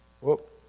Whoop